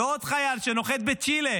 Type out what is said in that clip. ועוד חייל שנוחת בצ'ילה